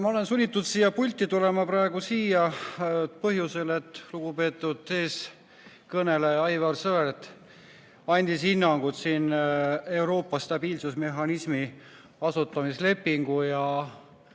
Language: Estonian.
Ma olen sunnitud siia pulti tulema praegu põhjusel, et lugupeetud eelkõneleja Aivar Sõerd andis hinnangu Euroopa stabiilsusmehhanismi asutamislepingu ja